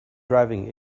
driving